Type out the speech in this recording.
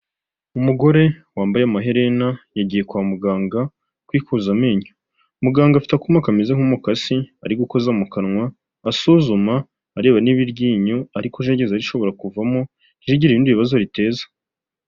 Umugore wambaye amaherena yagiye kwa muganga kwikuza amenyo, muganga afite akuma kameze nk'umukasi ari gukoza mu kanwa basuzuma areba niba iryinyo ari kujegeze bishobora kuvamo ntirigire ibindi bibazo biteza.